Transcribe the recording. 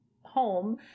home